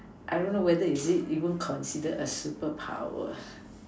I don't know whether is even considered a superpower